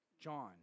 John